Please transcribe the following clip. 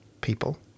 people